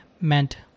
meant